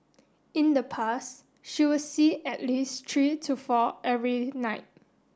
in the past she would see at least three to four every night